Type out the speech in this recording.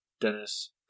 Dennis